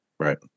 Right